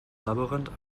labyrinth